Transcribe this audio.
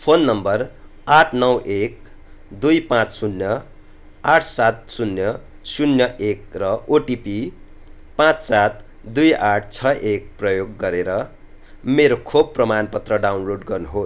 phone number आँठ नौ एक दुई पाँच शून्य आठ सात शून्य शून्य एक र ओटिपी पाँच सात दुई आठ छ एक प्रयोग गरेर मेरो खोप प्रमाणपत्र डाउनलोड गर्नुहोस्